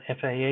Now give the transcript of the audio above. FAA